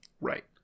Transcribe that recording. Right